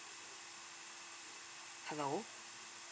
hello